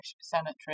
Cemetery